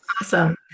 Awesome